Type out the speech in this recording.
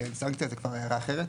כי שמתי על זה כבר הערה אחרת.